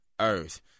earth